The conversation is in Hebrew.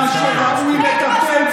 פייק ממשלה אתם.